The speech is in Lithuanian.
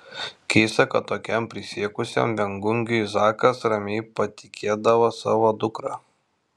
keista kad tokiam prisiekusiam viengungiui zakas ramiai patikėdavo savo dukrą